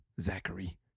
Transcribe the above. Zachary